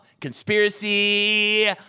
Conspiracy